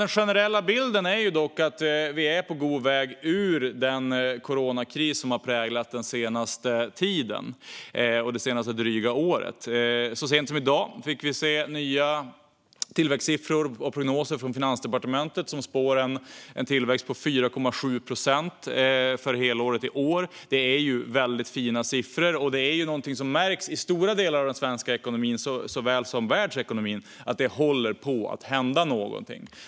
Den generella bilden är dock att vi är på väg ur den coronakris som har präglat det senaste dryga året. Så sent som i dag fick vi se nya tillväxtsiffror och prognoser från Finansdepartementet, som spår en tillväxt på 4,7 procent för helåret i år. Det är väldigt fina siffror. Det märks i stora delar av den svenska ekonomin såväl som världsekonomin att det håller på att hända någonting.